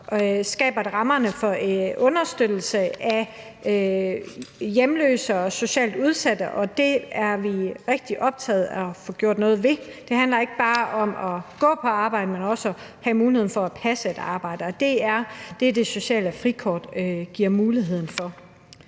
os skaber det rammerne for understøttelse af hjemløse og socialt udsatte, og det er vi rigtig optaget af at få gjort noget ved. Det handler ikke bare om at gå på arbejde, men også om at have muligheden for at passe et arbejde. Det er det, det sociale frikort giver mulighed for.